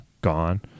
gone